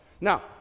Now